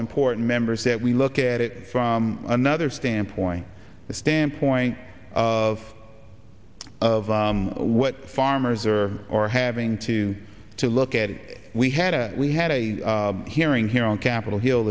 important members that we look at it from another standpoint the standpoint of of what farmers are are having to to look at it we had a we had a hearing here on capitol hill